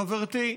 חברתי,